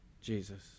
Jesus